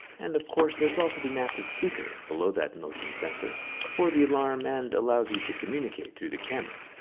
and of course there's also the massive speaker below that motion sensor for the alarm and allows you to communicate through the camera.